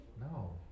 No